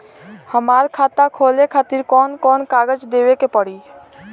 हमार खाता खोले खातिर कौन कौन कागज देवे के पड़ी?